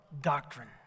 doctrine